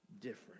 different